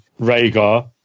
Rhaegar